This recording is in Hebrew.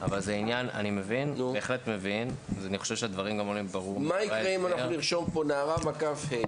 מה יקרה אם נרשום פה נער/ה?